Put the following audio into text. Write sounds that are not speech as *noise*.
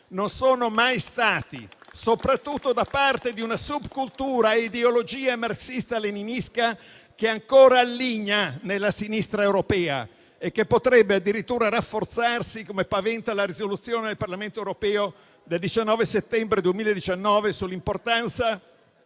*applause* soprattutto da parte di una subcultura e ideologia marxista-leninista che ancora alligna nella sinistra europea, e che potrebbe addirittura rafforzarsi, come paventa la risoluzione del Parlamento europeo del 19 settembre 2019 sull'importanza